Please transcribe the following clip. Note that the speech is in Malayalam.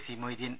സി മൊയ്തീൻ